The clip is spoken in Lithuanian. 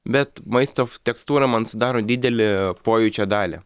bet maisto tekstūra man sudaro didelį pojūčio dalį